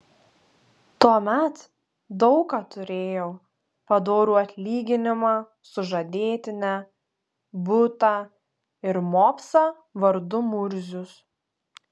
tuomet daug ką turėjau padorų atlyginimą sužadėtinę butą ir mopsą vardu murzius